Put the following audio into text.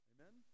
Amen